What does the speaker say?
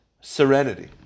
serenity